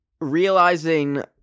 realizing